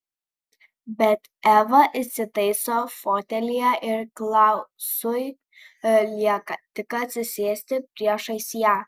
bet eva įsitaiso fotelyje ir klausui lieka tik atsisėsti priešais ją